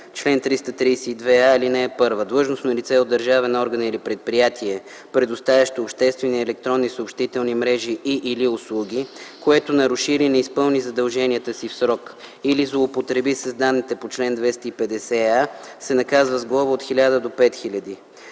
„Чл. 332а. (1) Длъжностно лице от държавен орган или предприятие, предоставящо обществени електронни съобщителни мрежи и/или услуги, което наруши или не изпълни задълженията си в срок или злоупотреби с данните по чл. 250а, се наказва с глоба от 1000 до 5000